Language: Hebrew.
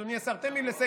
אדוני השר, תן לי לסיים.